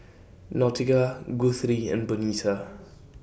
Nautica Guthrie and Bernita